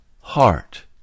heart